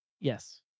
Yes